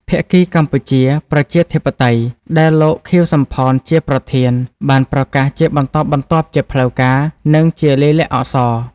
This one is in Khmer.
ភាគីកម្ពុជា ប្រជាធិបតេយ្យ ដែលលោក ខៀវ សំផន ជាប្រធាន បានប្រកាសជាបន្តបន្ទាប់ជាផ្លូវការ និងជា លាយលក្ខណ៍អក្សរ។